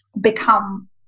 become